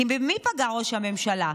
כי במי פגע ראש הממשלה?